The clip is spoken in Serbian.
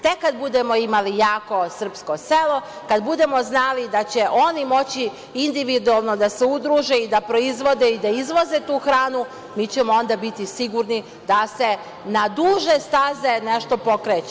Tek kad budemo imali jako srpsko selo, kad budemo znali da će oni moći individualno da se udruže, da proizvode i da izvoze tu hranu, mi ćemo onda biti sigurni da se na duže staze nešto pokreće.